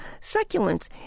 succulents